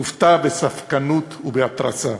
לוותה בספקנות ובהתרסה.